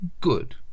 Good